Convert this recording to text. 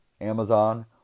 Amazon